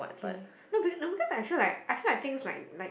okay no because because I feel like I feel like things like like